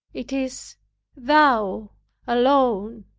it is thou alone,